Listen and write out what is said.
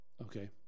Okay